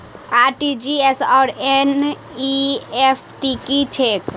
RTGS आओर NEFT की छैक?